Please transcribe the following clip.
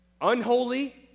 Unholy